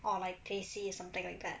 or my place something like that